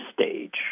stage